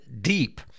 deep